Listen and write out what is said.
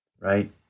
right